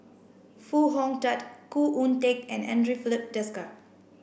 Foo Hong Tatt Khoo Oon Teik and Andre Filipe Desker